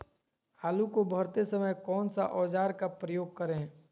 आलू को भरते समय कौन सा औजार का प्रयोग करें?